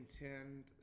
intend